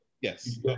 Yes